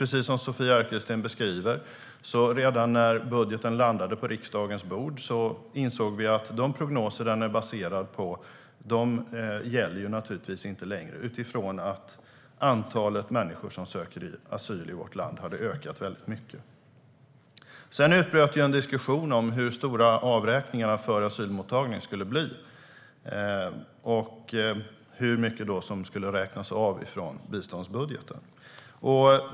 Precis som Sofia Arkelsten beskriver insåg vi redan när budgeten landade på riksdagens bord att de prognoser som den är baserad på naturligtvis inte längre gäller utifrån att antalet människor som söker asyl i vårt land hade ökat väldigt mycket. Sedan utbröt en diskussion om hur stora avräkningarna för asylmottagningen skulle bli och hur mycket som skulle räknas av från biståndsbudgeten.